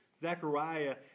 Zechariah